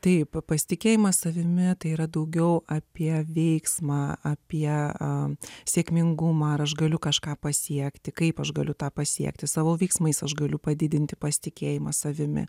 tai pasitikėjimas savimi tai yra daugiau apie veiksmą apie a sėkmingumą ar aš galiu kažką pasiekti kaip aš galiu tą pasiekti savo veiksmais aš galiu padidinti pasitikėjimą savimi